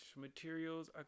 materials